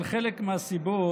אבל חלק מהסיבות